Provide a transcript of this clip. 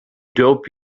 dope